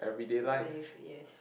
they've yes